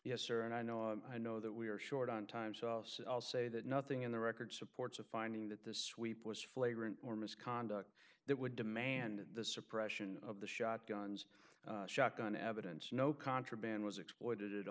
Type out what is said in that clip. yes or and i know i know that we are short on time sauce i'll say that nothing in the record supports a finding that the sweep was flagrant or misconduct that would demand the suppression of the shotguns shotgun evidence no contraband was exploited